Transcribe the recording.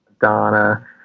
Donna